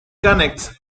connects